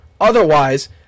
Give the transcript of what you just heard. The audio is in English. otherwise